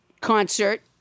concert